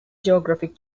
geographic